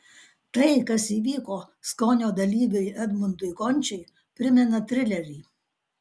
tai kas įvyko skonio dalyviui edmundui končiui primena trilerį